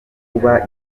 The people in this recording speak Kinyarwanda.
kuba